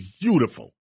beautiful